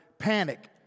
panic